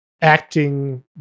acting